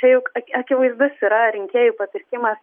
čia juk ak akivaizdus yra rinkėjų papirkimas